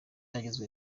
yagizwe